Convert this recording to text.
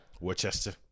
Worcester